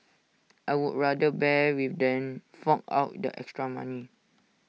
I would rather bear with than phone out the extra money